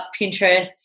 Pinterest